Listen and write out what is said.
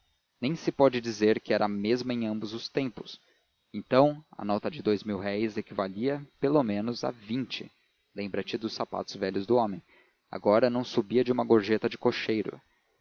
nem se pode dizer que era a mesma em ambos os tempos então a nota de dous mil-réis equivalia pelo menos a vinte lembra-te dos sapatos velhos do homem agora não subia de uma gorjeta de cocheiro